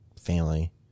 family